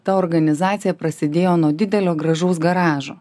ta organizacija prasidėjo nuo didelio gražaus garažo